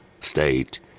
state